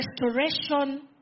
restoration